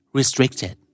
Restricted